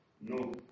No